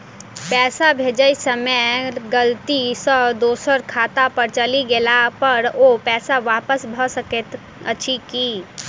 पैसा भेजय समय गलती सँ दोसर खाता पर चलि गेला पर ओ पैसा वापस भऽ सकैत अछि की?